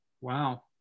Wow